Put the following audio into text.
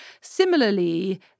Similarly